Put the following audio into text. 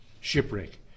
Shipwreck